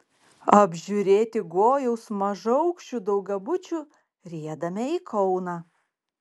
apžiūrėti gojaus mažaaukščių daugiabučių riedame į kauną